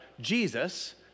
Jesus